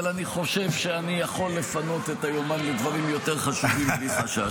אבל אני חושב שאני יכול לפנות את היומן לדברים יותר חשובים בלי חשש.